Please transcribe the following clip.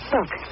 Look